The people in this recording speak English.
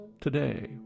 today